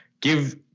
give